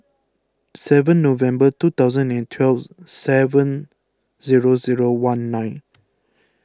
seven November two thousand and twelve seven zero zero one nine